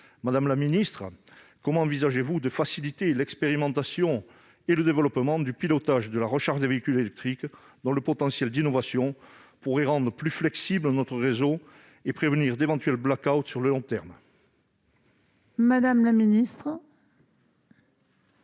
Madame la secrétaire d'État, comment envisagez-vous de faciliter l'expérimentation et le développement du pilotage de la recharge des véhicules électriques, dont le potentiel d'innovation pourrait rendre notre réseau plus flexible et prévenir d'éventuels blackouts sur le long terme ? La parole est à